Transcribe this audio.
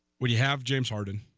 we we have james harding